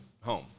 home